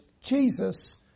Jesus